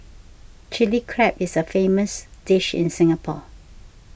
Chilli Crab is a famous dish in Singapore